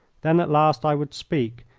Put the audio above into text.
then at last i would speak,